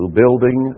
building